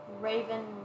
Raven